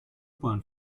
bahn